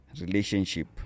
Relationship